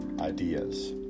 ideas